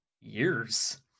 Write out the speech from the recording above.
Years